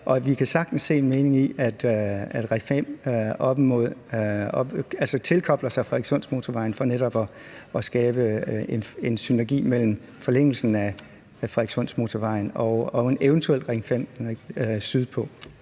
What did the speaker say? vi kan sagtens se en mening i, at Ring 5 tilkobler sig Frederikssundsmotorvejen for netop at skabe en synergi mellem forlængelsen af Frederikssundsmotorvejen og en eventuel Ring 5 sydpå.